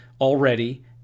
already